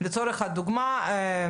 לצורך הדוגמה אם